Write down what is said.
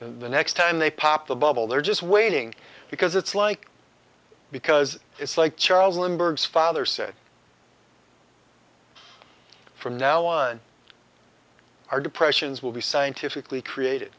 the next time they pop the bubble they're just waiting because it's like because it's like charles lindbergh's father said from now on our depressions will be scientifically created